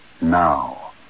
now